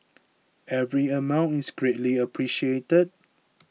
every amount is greatly appreciated